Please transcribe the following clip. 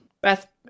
beth